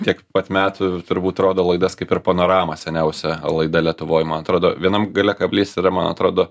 tiek pat metų turbūt rodo laidas kaip ir panoramą seniausia laida lietuvoje man atrodo vienam gale kablys yra man atrodo